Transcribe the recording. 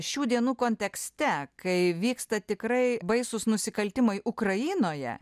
šių dienų kontekste kai vyksta tikrai baisūs nusikaltimai ukrainoje